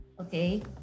okay